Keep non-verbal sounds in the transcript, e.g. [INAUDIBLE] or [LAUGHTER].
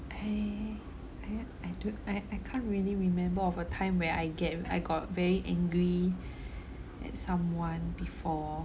I I I don't I I can't really remember of a time where I get I got very angry [BREATH] at someone before